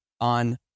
on